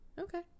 Okay